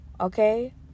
Okay